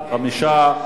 5,